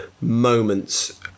moments